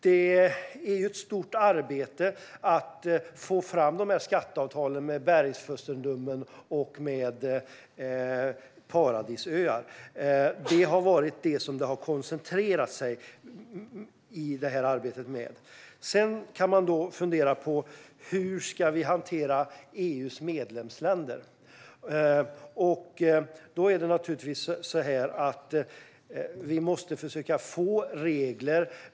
Det är ett stort arbete att få fram skatteavtalen med bergsfurstendömen och paradisöar. Det har varit det som man har koncentrerat sig på i detta arbete. Sedan kan man fundera på: Hur ska vi hantera EU:s medlemsländer? Vi måste naturligtvis försöka få regler.